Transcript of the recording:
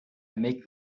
make